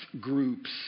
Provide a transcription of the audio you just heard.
groups